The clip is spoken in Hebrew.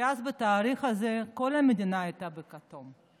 כי אז בתאריך הזה כל המדינה הייתה בכתום.